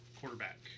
Quarterback